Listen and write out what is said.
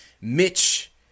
Mitch